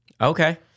Okay